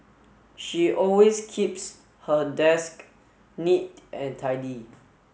she always keeps her desk neat and tidy